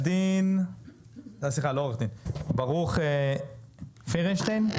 ברוך פיירשטיין,